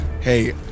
Hey